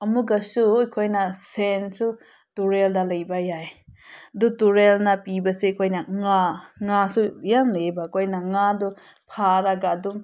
ꯑꯃꯨꯛꯀꯁꯨ ꯑꯩꯈꯣꯏꯅ ꯁꯦꯟꯁꯨ ꯇꯨꯔꯦꯜꯗ ꯂꯩꯕ ꯌꯥꯏ ꯑꯗꯨ ꯇꯨꯔꯦꯜꯅ ꯄꯤꯕꯁꯦ ꯑꯩꯈꯣꯏꯅ ꯉꯥ ꯉꯥꯁꯨ ꯌꯥꯝ ꯂꯩꯌꯦꯕ ꯑꯩꯈꯣꯏꯅ ꯉꯥꯗꯨ ꯐꯥꯔꯒ ꯑꯗꯨꯝ